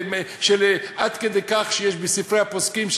עד כדי כך שיש בספרי הפוסקים,